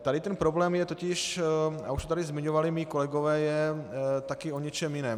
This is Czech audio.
Tady ten problém je totiž, a už to tady zmiňovali mí kolegové, taky o něčem jiném.